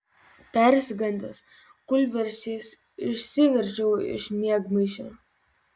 persigandęs kūlversčiais išsiverčiau iš miegmaišio